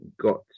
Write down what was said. got